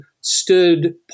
stood